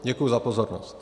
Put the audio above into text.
Děkuji za pozornost.